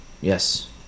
Yes